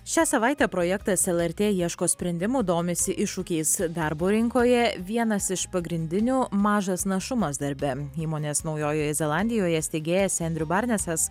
šią savaitę projektas lrt ieško sprendimų domisi iššūkiais darbo rinkoje vienas iš pagrindinių mažas našumas darbe įmonės naujojoje zelandijoje steigėjas endriu barnesas